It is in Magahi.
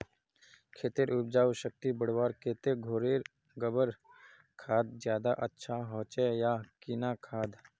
खेतेर उपजाऊ शक्ति बढ़वार केते घोरेर गबर खाद ज्यादा अच्छा होचे या किना खाद?